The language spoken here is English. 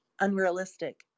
unrealistic